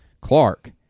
Clark